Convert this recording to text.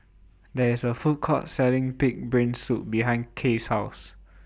There IS A Food Court Selling Pig'S Brain Soup behind Kay's House